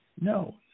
No